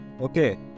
okay